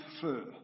fur